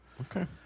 Okay